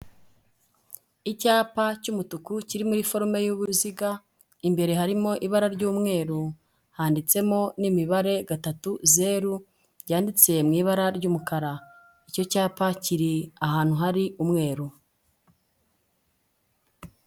Icyapa cy'umutuku kiri muri forume y'uruziga, imbere harimo ibara ry'umweru, handitsemo n'imibare gatatu, zeru, byanditse mu ibara ry'umukara, icyo cyapa kiri ahantu hari umweru.